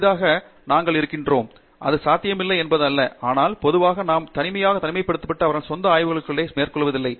அரிதாகவே நாங்கள் இருக்கிறோம் அது சாத்தியமில்லை என்பது அல்ல ஆனால் பொதுவாக நாம் தனியாக தனிமைப்படுத்தப்பட்டு அவர்களின் சொந்த ஆய்வுகளை மேற்கொள்வதில்லை